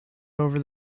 over